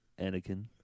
Anakin